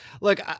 look